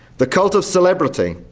the cult of celebrity,